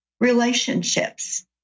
relationships